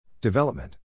Development